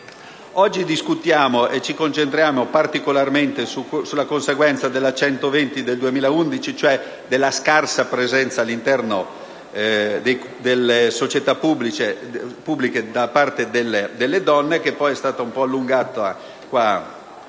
Oggi discutiamo e ci concentriamo particolarmente sulla conseguenza della legge n. 120 del 2011, cioè sulla scarsa presenza all'interno delle società pubbliche delle donne. La minestra è stata qui allungata con